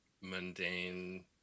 mundane